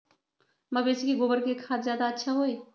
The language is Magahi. मवेसी के गोबर के खाद ज्यादा अच्छा होई?